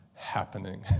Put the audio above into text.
happening